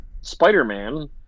Spider-Man